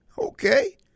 Okay